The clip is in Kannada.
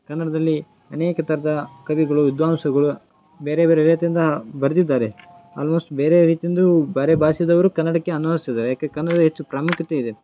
ಕನ್ನಡದಲ್ಲಿ ಅನೇಕ ಥರ ಕವಿಗಳು ವಿದ್ವಾಂಸಗಳು ಬೇರೆ ಬೇರೆ ರೀತಿಯಿಂದ ಬರೆದಿದ್ದಾರೆ ಆಲ್ಮೋಸ್ಟ್ ಬೇರೆ ರೀತಿಯಿಂದ ಬೇರೆ ಭಾಷೆದವರು ಕನ್ನಡಕ್ಕೆ ಅನುವಾದ್ಸಿದ್ದಾರೆ ಯಾಕೆ ಕನ್ನಡ ಹೆಚ್ಚು ಪ್ರಾಮುಖ್ಯತೆ ಇದೆ